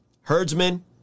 Herdsman